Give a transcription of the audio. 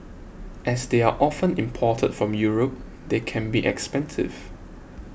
as they are often imported from Europe they can be expensive